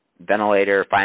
ventilator